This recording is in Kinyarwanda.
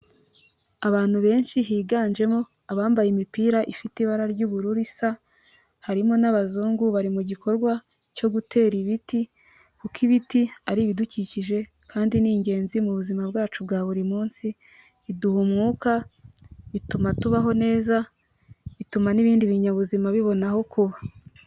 Abantu benshi, higanjemo abambaye imipira ifite ibara ry'ubururu isa, harimo n'abazungu, bari mu gikorwa cyo gutera ibiti, kuko ibiti ari ibidukikije, kandi ni ingenzi mubu buzima bwacu bwa buri munsi, biduha umwuka, bituma tubaho neza, bituma n'ibindi binyabuzima bibona aho kuba.